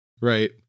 Right